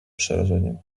przerażeniem